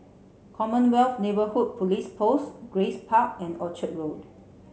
Commonwealth Neighbourhood Police Post Grace Park and Orchard Road